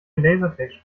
lasertag